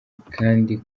kandi